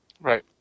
Right